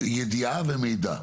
ידיעה ומידע.